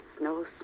No